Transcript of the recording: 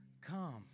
come